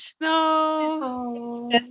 No